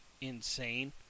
Insane